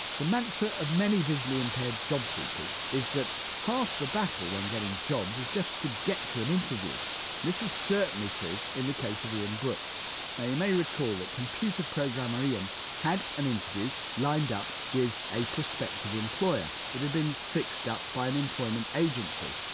the mantra of many visually-impaired job seekers is that half the battle when getting jobs is just to get to an interview. and this was certainly true in the case of ian brooks. now you may recall that computer programmer ian had an interview lined up with a prospective employer, it had been fixed up by an employment agency.